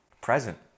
present